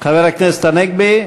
חבר כנסת הנגבי?